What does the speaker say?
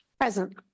Present